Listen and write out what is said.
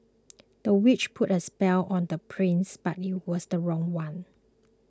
the witch put a spell on the prince but it was the wrong one